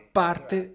parte